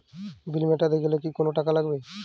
বিল মেটাতে গেলে কি কোনো টাকা কাটাবে?